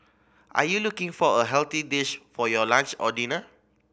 are you looking for a healthy dish for your lunch or dinner